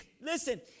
listen